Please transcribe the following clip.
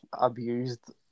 abused